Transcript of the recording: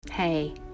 hey